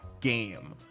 game